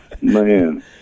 man